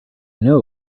know